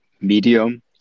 Medium